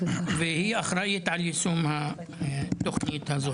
היא אחראית על יישום התוכנית הזו.